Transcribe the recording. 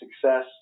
success